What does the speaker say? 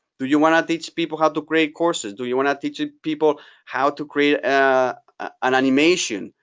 do you want to teach people how to create courses? do you want to teach ah people how to create an animation,